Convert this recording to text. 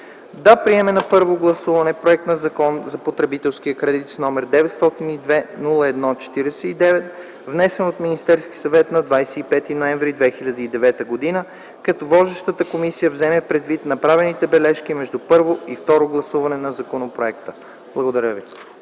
да приеме на първо гласуване проект на Закон за потребителския кредит, № 902-01-49, внесен от Министерския съвет на 25 ноември 2009 г., като водещата комисия вземе предвид направените бележки между първо и второ гласуване на законопроекта”. Благодаря ви.